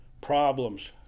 problems